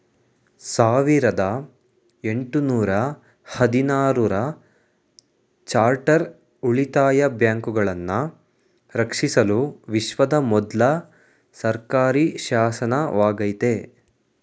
ಸಾವಿರದ ಎಂಟು ನೂರ ಹದಿನಾರು ರ ಚಾರ್ಟರ್ ಉಳಿತಾಯ ಬ್ಯಾಂಕುಗಳನ್ನ ರಕ್ಷಿಸಲು ವಿಶ್ವದ ಮೊದ್ಲ ಸರ್ಕಾರಿಶಾಸನವಾಗೈತೆ